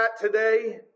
today